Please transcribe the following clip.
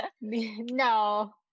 No